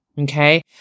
Okay